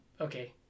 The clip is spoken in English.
Okay